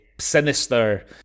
Sinister